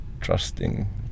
trusting